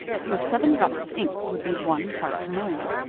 so seven drops of ink would be one part per million.